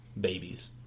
babies